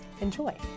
Enjoy